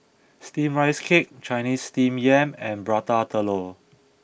Steamed Rice Cake Chinese Steamed Yam and Prata Telur